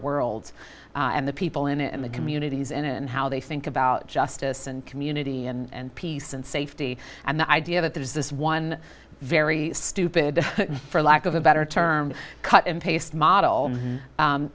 world and the people in it and the communities in and how they think about justice and community and peace and safety and the idea that there is this one very stupid for lack of a better term cut and paste model